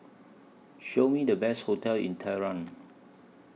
Show Me The Best hotels in Tehran